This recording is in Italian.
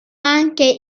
anche